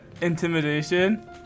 Intimidation